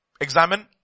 examine